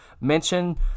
mention